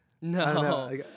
No